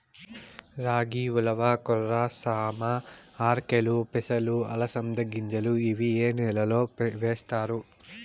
రాగి, ఉలవ, కొర్ర, సామ, ఆర్కెలు, పెసలు, అలసంద గింజలు ఇవి ఏ నెలలో వేస్తారు?